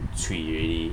cui already